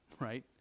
Right